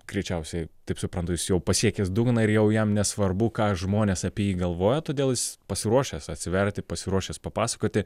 greičiausiai taip suprantu jis jau pasiekęs dugną ir jau jam nesvarbu ką žmonės apie jį galvoja todėl jis pasiruošęs atsiverti pasiruošęs papasakoti